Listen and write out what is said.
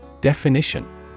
Definition